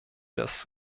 das